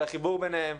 על החיבור ביניהם,